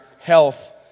health